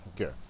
Okay